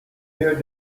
heard